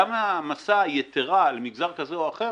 גם ההעמסה היתרה על מגזר כזה או אחר